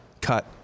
cut